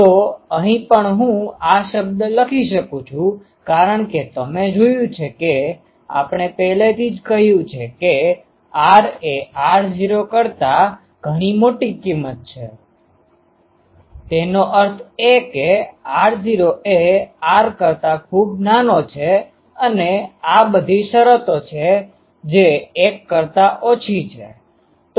તો અહીં પણ હું આ શબ્દ લખી શકું છું કારણ કે તમે જોયું છે કે આપણે પહેલેથી જ કહ્યું છે કે r એ r0 કરતા ઘણી મોટી કીમત છે તેનો અર્થ એ કે r0 એ r કરતા ખૂબ નાનો છે અને આ બધી શરતો છે જે 1 કરતા ઓછી છે